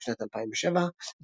בשנת 2007 גיגבה